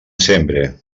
sembre